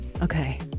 Okay